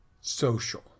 social